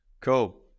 Cool